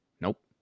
nope